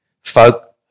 folk